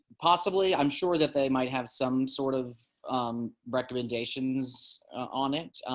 possibly. i'm sure that they might have some sort of recommendations on it.